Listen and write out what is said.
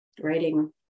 writing